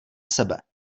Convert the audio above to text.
sebe